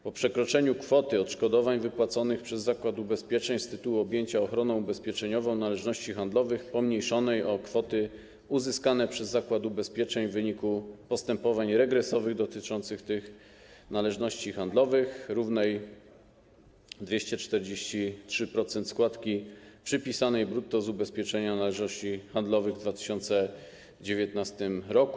Po przekroczeniu kwoty odszkodowań wypłaconych przez zakład ubezpieczeń z tytułu objęcia ochroną ubezpieczeniową należności handlowych pomniejszonej o kwoty uzyskane przez zakład ubezpieczeń w wyniku postępowań regresowych dotyczących tych należności handlowych, równej 243% składki przypisanej brutto z ubezpieczenia należności handlowych w 2019 r.